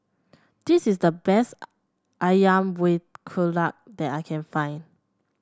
this is the best ayam Buah Keluak that I can find